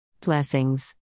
Blessings